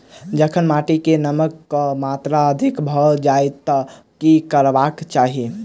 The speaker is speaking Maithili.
जखन माटि मे नमक कऽ मात्रा अधिक भऽ जाय तऽ की करबाक चाहि?